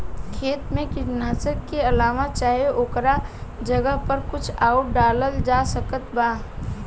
खेत मे कीटनाशक के अलावे चाहे ओकरा जगह पर कुछ आउर डालल जा सकत बा?